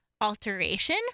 alteration